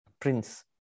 prince